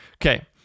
okay